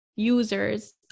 users